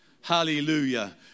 Hallelujah